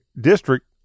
district